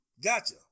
Gotcha